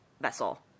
vessel